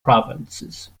provinces